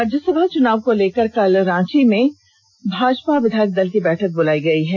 राज्यसभा चुनाव को लेकर कल रांची में भाजपा विधायक दल की बैठक बुलायी गयी है